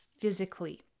physically